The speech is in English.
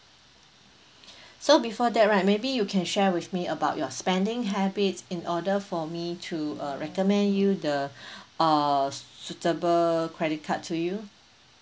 so before that right maybe you can share with me about your spending habits in order for me to uh recommend you the uh suitable credit card to you